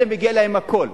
אלה, מגיע להם הכול,